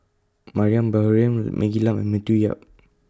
Mariam Baharom Maggie Lim and Matthew Yap